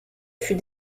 fut